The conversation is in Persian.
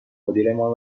مدیرمان